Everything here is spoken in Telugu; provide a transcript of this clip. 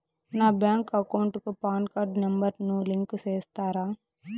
నా బ్యాంకు అకౌంట్ కు పాన్ కార్డు నెంబర్ ను లింకు సేస్తారా?